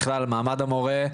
ובכלל מעמד המורה.